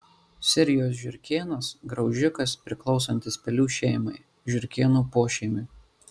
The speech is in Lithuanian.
sirijos žiurkėnas graužikas priklausantis pelių šeimai žiurkėnų pošeimiui